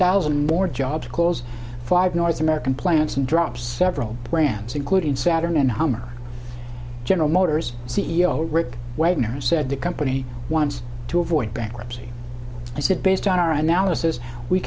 thousand more jobs close five north american plants and drops several brands including saturn and hummer general motors c e o rick wagoner said the company wants to avoid bankruptcy i said based on our analysis we